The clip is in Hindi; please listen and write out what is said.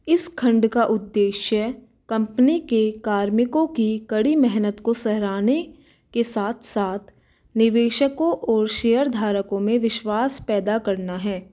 इस खंड का उद्देश्य कंपनी के कार्मिकों की कड़ी मेहनत को सहराने के साथ साथ निवेशकों और शेयरधारकों में विश्वास पैदा करना है